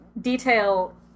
detail